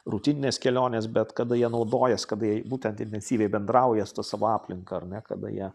rutininės kelionės bet kada jie naudojasi kada jie būtent intensyviai bendrauja su ta savo aplinka ar ne kada jie